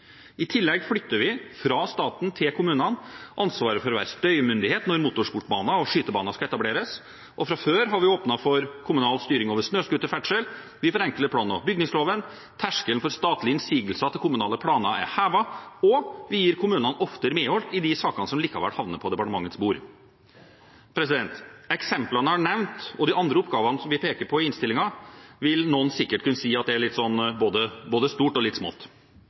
I tillegg flytter vi – fra staten til kommunene – ansvaret for å være støymyndighet når motorsportbaner og skytebaner skal etableres. Fra før har vi åpnet for kommunal styring over snøscooterferdsel, vi forenkler plan- og bygningsloven, terskelen for statlige innsigelser til kommunale planer er hevet, og vi gir kommunene oftere medhold i de sakene som likevel havner på departementets bord. Eksemplene jeg har nevnt, og de andre oppgavene vi peker på i innstillingen, vil noen sikkert si er både litt stort og litt